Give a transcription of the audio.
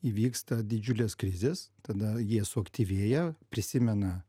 įvyksta didžiulės krizės tada jie suaktyvėja prisimena